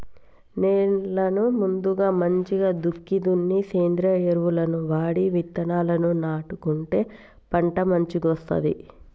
నేలను ముందుగా మంచిగ దుక్కి దున్ని సేంద్రియ ఎరువులను వాడి విత్తనాలను నాటుకుంటే పంట మంచిగొస్తది